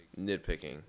nitpicking